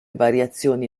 variazioni